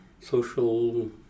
social